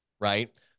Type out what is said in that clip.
right